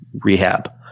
rehab